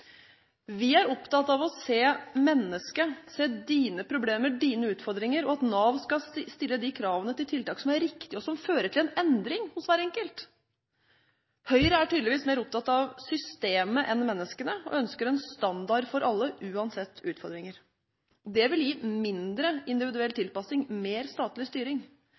Vi er opptatt av å se mennesket – se dets problemer og utfordringer – og at Nav skal stille de kravene til tiltak som er riktige, og som fører til en endring hos hver enkelt. Høyre er tydeligvis mer opptatt av systemet enn menneskene og ønsker en standard for alle, uansett utfordringer. Det vil gi mindre individuell tilpassing og mer statlig styring.